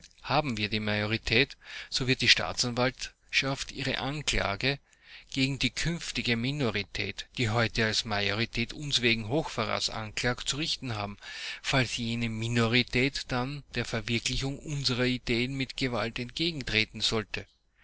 haben wir die majorität so wird die staatsanwaltschaft ihre anklage klage gegen die künftige minorität die heute als majorität uns wegen hochverrats anklagt zu richten haben falls jene minorität dann der verwirklichung unserer ideen mit gewalt entgegentreten sollte